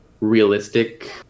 realistic